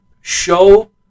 show